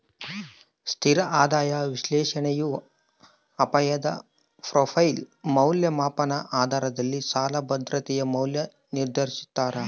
ಸ್ಥಿರ ಆದಾಯ ವಿಶ್ಲೇಷಣೆಯು ಅಪಾಯದ ಪ್ರೊಫೈಲ್ ಮೌಲ್ಯಮಾಪನ ಆಧಾರದಲ್ಲಿ ಸಾಲ ಭದ್ರತೆಯ ಮೌಲ್ಯ ನಿರ್ಧರಿಸ್ತಾರ